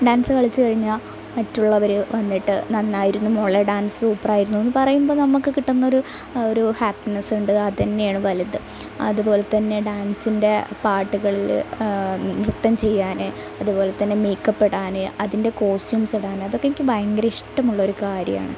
dance കളിച്ച് കഴിഞ്ഞാല് മറ്റുള്ളവര് വന്നിട്ട് നന്നായിരുന്നു മോളെ ഡാൻസ് സൂപ്പറായിരുന്നൂ എന്നു പറയുമ്പോള് നമുക്ക് കിട്ടുന്നൊരു ഒരു ഹാപ്പിനെസ്സുണ്ട് അതുതന്നെയാണ് വലുത് അതുപോലതന്നെ ഡാൻസിൻ്റെ പാട്ടുകളില് നൃത്തം ചെയ്യാന് അതുപോലെതന്നെ മേക്കപ്പിടാന് അതിൻ്റെ കോസ്റ്റ്യൂംസിടാന് അതൊക്കെ എനിക്ക് ഭയങ്കര ഇഷ്ടമുള്ളൊരു കാര്യമാണ്